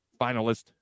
finalist